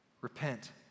Repent